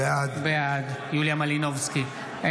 בעד יוליה מלינובסקי,